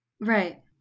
right